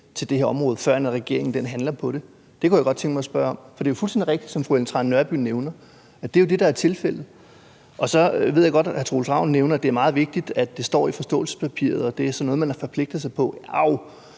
til det her område, førend regeringen handler på det? Det kunne jeg godt tænke mig at få svar på. For det er fuldstændig rigtigt, som fru Ellen Trane Nørby nævner, at det jo er det, der er tilfældet. Så ved jeg godt, at hr. Troels Ravn nævner, at det er meget vigtigt, at det står i forståelsespapiret, og at det er sådan noget, man har forpligtet sig på.